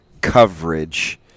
coverage